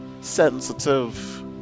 sensitive